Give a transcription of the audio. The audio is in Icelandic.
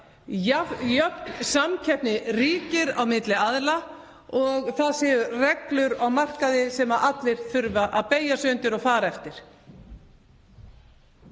jöfn samkeppni ríkir á milli aðila og reglur eru á markaði sem allir þurfa að beygja sig undir og fara eftir.